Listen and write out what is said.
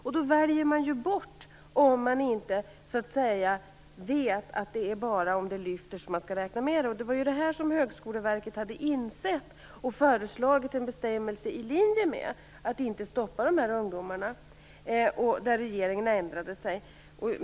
Man väljer bort ett ämne om man inte vet att betyget bara skall räknas med om det höjer snittbetyget. Det var det som Högskoleverket hade insett, och därför föreslagit en bestämmelse i linje med detta för att inte stoppa dessa ungdomar. Regeringen ändrade sig.